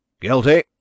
Guilty